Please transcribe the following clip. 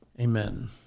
Amen